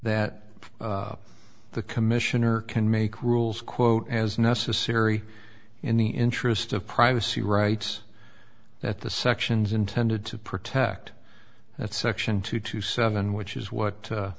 that the commissioner can make rules quote as necessary in the interest of privacy rights that the sections intended to protect that section two to seven which is what